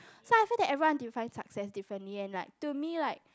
so I feel that everyone define success differently and like to me like